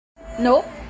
No